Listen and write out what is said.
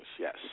yes